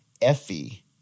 Effie